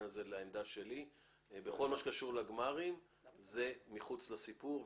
כל מה שקשור לגמרים נמצא מחוץ לסיפור,